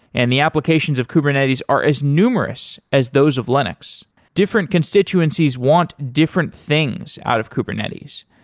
and the applications of kubernetes are as numerous as those of linux different constituencies want different things out of kubernetes,